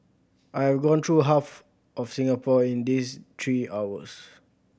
I have gone through half of Singapore in these three hours